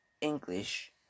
English